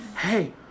hey